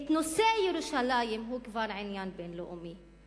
נושא ירושלים הוא כבר עניין בין-לאומי,